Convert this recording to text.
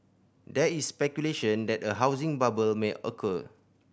there is speculation that a housing bubble may occur